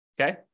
Okay